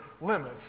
limits